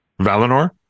Valinor